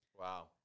Wow